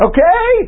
Okay